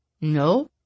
No